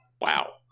wow